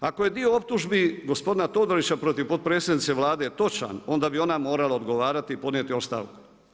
Ako je dio optužbi gospodina Todorića protiv potpredsjednice Vlade točan onda bi ona morala odgovarati i podnijeti ostavku.